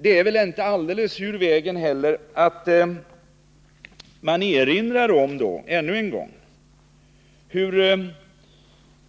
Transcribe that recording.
Det är väl heller inte alldeles ur vägen att man då ännu en gång erinrar om